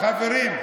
חברים,